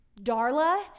Darla